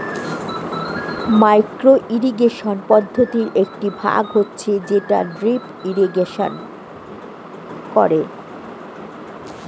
micro irrigation পদ্ধতির একটি ভাগ হচ্ছে যেটা ড্রিপ ইরিগেশন করে